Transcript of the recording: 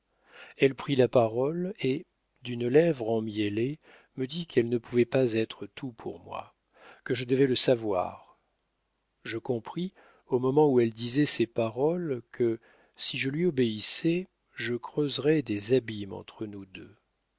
elle prit la parole et d'une lèvre emmiellée me dit qu'elle ne pouvait pas être tout pour moi que je devais le savoir je compris au moment où elle disait ces paroles que si je lui obéissais je creuserais des abîmes entre nous deux